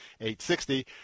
860